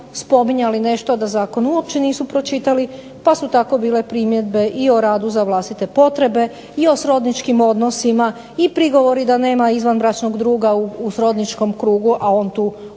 spominjali nešto, a da zakon uopće nisu pročitali pa su tako bile primjedbe i o radu za vlastite potrebe i o srodničkim odnosima i prigovori da nema izvanbračnog druga u srodničkom krugu, a on tu ovdje